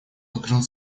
открыл